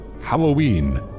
Halloween